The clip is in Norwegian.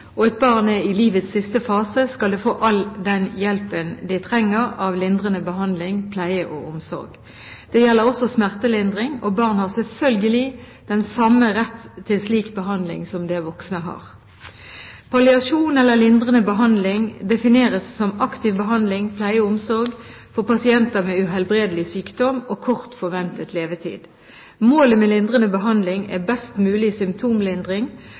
og et barn er i livets siste fase, skal det få all den hjelpen det trenger av lindrende behandling, pleie og omsorg. Det gjelder også smertelindring, og barn har selvfølgelig den samme rett til slik behandling som det voksne har. Palliasjon, eller lindrende behandling, defineres som aktiv behandling, pleie og omsorg for pasienter med uhelbredelig sykdom og kort forventet levetid. Målet med lindrende behandling er best mulig symptomlindring